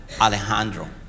Alejandro